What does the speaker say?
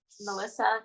melissa